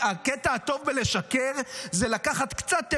הקטע הטוב בלשקר זה לקחת קצת אמת,